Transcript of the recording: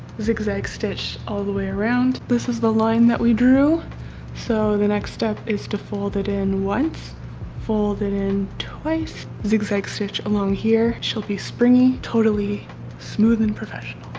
zigzag stitch all the way around. this is the line that we drew so the next step is to fold it in once fold it in twice zig-zag stitch along here she'll be springy totally smooth and professional